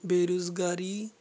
ਬੇਰੁਜ਼ਗਾਰੀ